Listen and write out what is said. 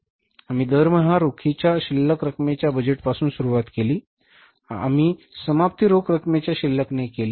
आम्ही दरमहा रोखीच्या शिल्लक रकमेच्या बजेटपासून सुरुवात केली